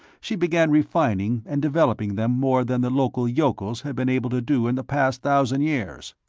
she began refining and developing them more than the local yokels had been able to do in the past thousand years.